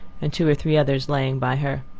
and two or three others laying by her.